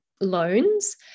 loans